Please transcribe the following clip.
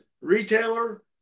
retailer